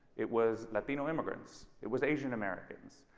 it was latino immigrants, it was asian americans,